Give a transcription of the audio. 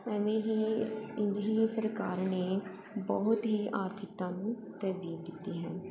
ਇਵੇਂ ਹੀ ਇੰਝ ਹੀ ਸਰਕਾਰ ਨੇ ਬਹੁਤ ਹੀ ਆਰਥਿਕਤਾ ਨੂੰ ਤਰਜ਼ੀਹ ਦਿੱਤੀ ਹੈ